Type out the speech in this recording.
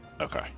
Okay